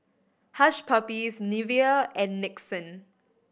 Hush Puppies Nivea and Nixon